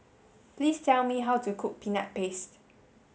please tell me how to cook peanut paste